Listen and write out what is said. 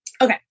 Okay